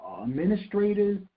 administrators